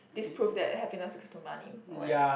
this prove that happiness equals to money